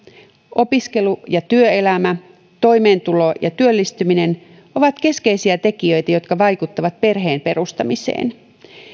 opiskelu ja työelämä toimeentulo ja työllistyminen ovat keskeisiä tekijöitä jotka vaikuttavat perheen perustamiseen